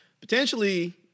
Potentially